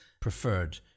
preferred